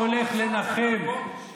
תחזור על המשפט.